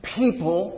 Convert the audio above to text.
people